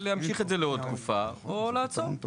כדאי להמשיך את זה לעוד תקופה או לעצור?